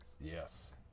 Yes